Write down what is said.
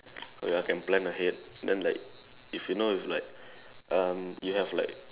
oh ya can plan ahead then like if you know it's like um you have like